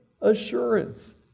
assurance